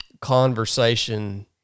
conversation